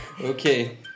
okay